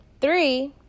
Three